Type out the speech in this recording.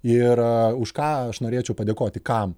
ir už ką aš norėčiau padėkoti kam